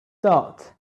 thought